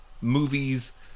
movies